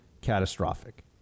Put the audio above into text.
catastrophic